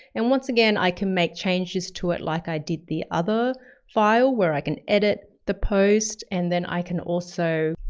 and once again, i can make changes to it like i did the other file where i can edit the post and then i can also,